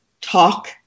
talk